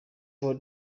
for